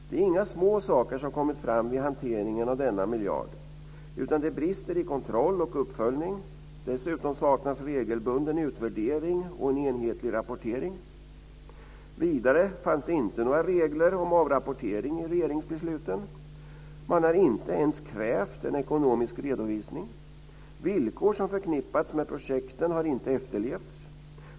Det är inga små saker som har kommit fram vid hanteringen av denna miljard, utan det brister i kontroll och uppföljning. Dessutom saknas regelbunden utvärdering och en enhetlig rapportering. Vidare fanns det inte några regler om avrapportering i regeringsbesluten. Man har inte ens krävt en ekonomisk redovisning. Villkor som förknippats med projekten har inte efterlevts.